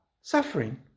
suffering